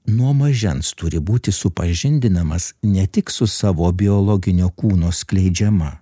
nuo mažens turi būti supažindinamas ne tik su savo biologinio kūno skleidžiama